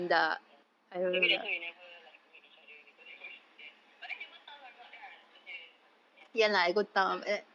ya maybe that's why we never like meet each other because you always there but then you go town a lot kan kerja and school